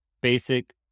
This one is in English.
basic